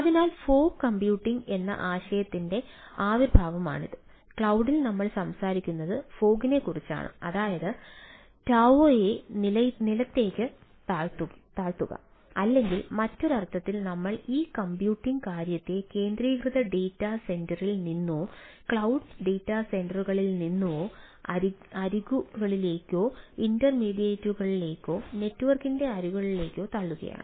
അതിനാൽ fog computing നിന്നും അരികുകളിലേക്കോ ഇന്റർമീഡിയറ്റിലേക്കോ നെറ്റ്വർക്കിന്റെ അരികുകളിലേക്കോ തള്ളുകയാണ്